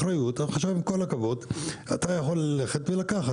אחריות --- אתה יכול ללכת ולקחת.